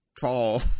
fall